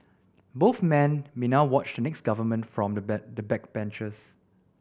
both men may now watch the next government from the bank the backbenches